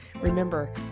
Remember